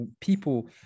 people